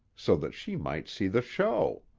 so that she might see the show!